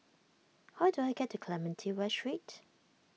how do I get to Clementi West Street